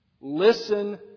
Listen